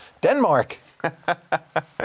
Denmark